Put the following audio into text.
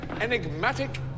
enigmatic